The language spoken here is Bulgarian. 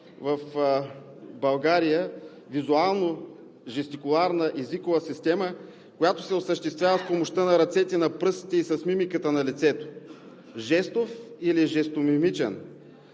в България – визуално-жестикуларна езикова система, която се осъществява с помощта на ръцете, пръстите и с мимиката на лицето. Жестов или жестомимичен?